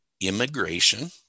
immigration